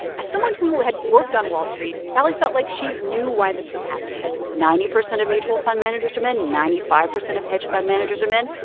as someone who had worked on wall street, sallie felt like she knew why this was happening ninety percent of mutual fund managers are men. ninety-five percent of hedge fund managers are men.